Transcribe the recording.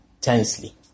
tensely